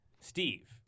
Steve